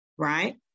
Right